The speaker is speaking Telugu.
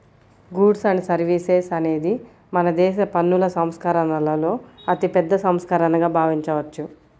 గూడ్స్ అండ్ సర్వీసెస్ అనేది మనదేశ పన్నుల సంస్కరణలలో అతిపెద్ద సంస్కరణగా భావించవచ్చు